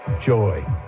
Joy